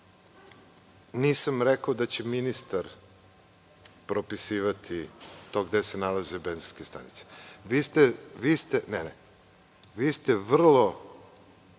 nisam rekao da će ministar propisivati to gde se nalazi benzinske stanice. Vi ste vrlo